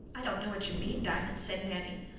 i don't know what you mean, diamond, said nanny.